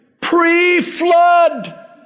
Pre-flood